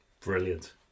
Brilliant